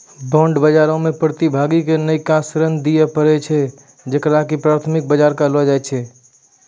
bond बजारो मे प्रतिभागी के नयका ऋण दिये पड़ै छै जेकरा की प्राथमिक बजार कहलो जाय छै